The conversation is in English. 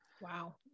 wow